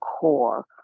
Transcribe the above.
core